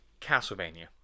Castlevania